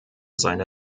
seine